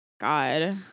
God